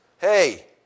hey